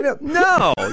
no